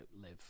live